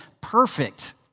perfect